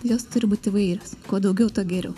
jos turi būt įvairios kuo daugiau tuo geriau